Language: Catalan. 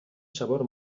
sabor